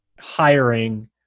hiring